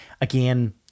again